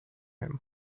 him